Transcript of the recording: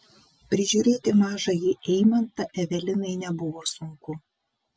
prižiūrėti mažąjį eimantą evelinai nebuvo sunku